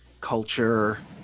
culture